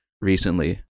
recently